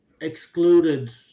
excluded